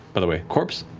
by the way, corpse,